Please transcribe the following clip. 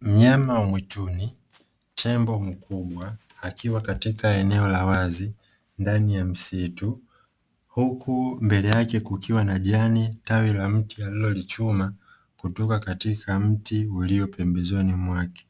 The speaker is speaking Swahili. Mnyama wa mwituni tembo mkubwa akiwa katika eneo la wazi ndani ya msitu, huku mbele yake kukiwa na jani tawi la mti alilolichuma kutoka katika mti ulio pembezoni mwake